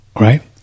Right